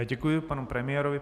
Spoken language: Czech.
Děkuji panu premiérovi.